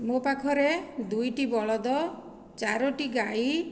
ମୋ ପାଖରେ ଦୁଇଟି ବଳଦ ଚାରୋଟି ଗାଈ